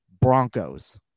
Broncos